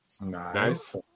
Nice